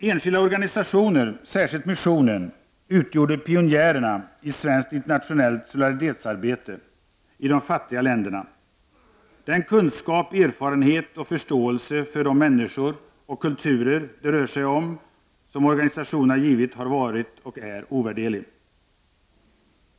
Enskilda organisationer, särskilt missionen, utgjorde pionjärerna i svenskt internationellt solidaritetsarbete i de fattiga länderna. Den kunskap, erfarenhet och förståelse för de människor och kulturer det rör sig om som organisationerna givit har varit och är ovärderlig.